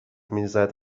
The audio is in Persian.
میزد